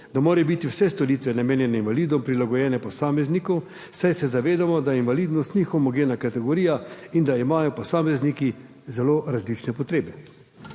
da morajo biti vse storitve, namenjene invalidom, prilagojene posamezniku, saj se zavedamo, da invalidnost ni homogena kategorija in da imajo posamezniki zelo različne potrebe.